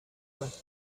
las